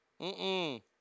Mm-mm